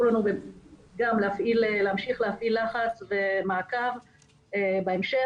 לנו גם להמשיך להפעיל לחץ ומעקב בהמשך.